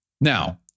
Now